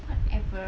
whatever